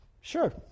Sure